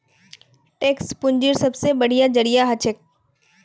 tax पूंजीर सबसे बढ़िया जरिया हछेक